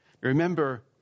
Remember